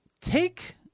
take